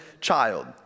child